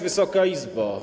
Wysoka Izbo!